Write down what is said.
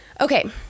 Okay